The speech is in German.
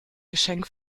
geschenk